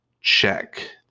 check